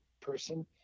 person